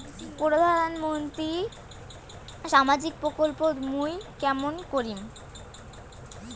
প্রধান মন্ত্রীর সামাজিক প্রকল্প মুই কেমন করিম?